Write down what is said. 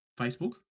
Facebook